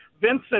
Vincent